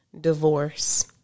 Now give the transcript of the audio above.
divorce